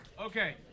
Okay